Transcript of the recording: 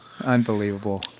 Unbelievable